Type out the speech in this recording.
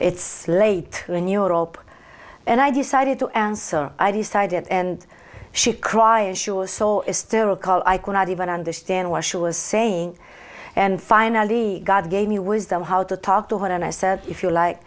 it's late in europe and i decided to answer i decided and she cry a sure saw is still call i cannot even understand why sure is saying and finally god gave me wisdom how to talk to her and i said if you like